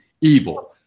evil